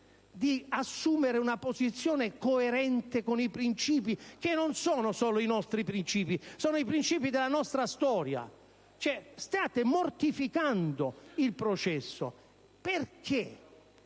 di assumere una posizione coerente con i principi che non sono solo i nostri, ma sono i principi della nostra storia? State mortificando il processo. Perché?